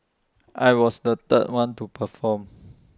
I was the third one to perform